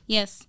Yes